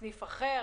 בסניף אחר